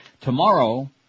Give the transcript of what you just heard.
Tomorrow